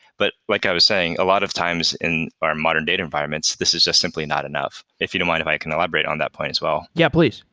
but like i was saying, a lot of times in our modern data environments, this is just simply not enough. if you don't mind, if i can elaborate on that point as well yeah, please.